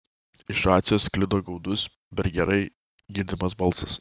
iš racijos sklido gaudus per gerai girdimas balsas